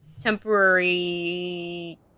temporary